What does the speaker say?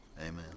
amen